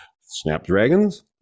snapdragons